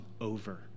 over